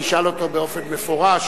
אני אשאל אותו באופן מפורש.